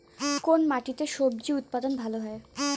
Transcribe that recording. কোন মাটিতে স্বজি উৎপাদন ভালো হয়?